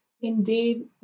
indeed